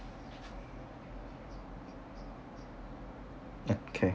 okay